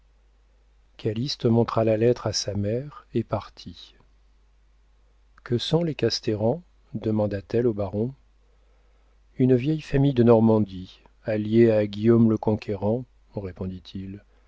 calyste montra la lettre à sa mère et partit que sont les casteran demanda-t-elle au baron une vieille famille de normandie alliée à guillaume le conquérant